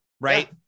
Right